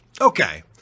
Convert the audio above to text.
Okay